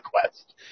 quest